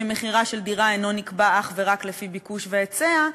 שמחירה של דירה אינו נקבע אך ורק לפי ביקוש והיצע,